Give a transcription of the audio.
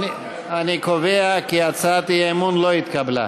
אי קובע כי הצעת האי-אמון לא נתקבלה.